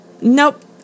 nope